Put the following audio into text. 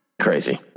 Crazy